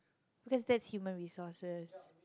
cause that's human resource